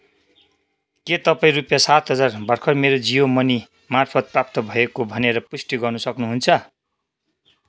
के तपाईँ रुपियाँ सात हजार भर्खर मेरो जियो मनी मार्फत प्राप्त भएको भनेर पुष्टि गर्नसक्नु हुन्छ